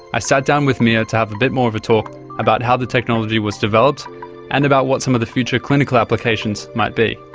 i sat down with mia to have a bit more of a talk about how the technology was developed and about what some of the future clinical applications might be.